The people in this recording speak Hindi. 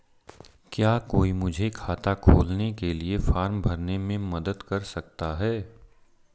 क्या कोई मुझे खाता खोलने के लिए फॉर्म भरने में मदद कर सकता है?